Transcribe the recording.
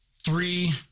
three